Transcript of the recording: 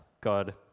God